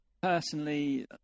personally